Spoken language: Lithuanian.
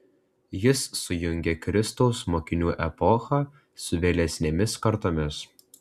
jis sujungė kristaus mokinių epochą su vėlesnėmis kartomis